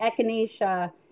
echinacea